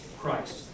Christ